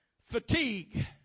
fatigue